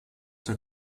der